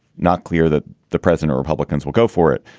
not clear that the president, republicans will go for it.